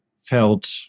felt